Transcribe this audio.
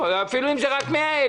אפילו אם זה רק 100,000?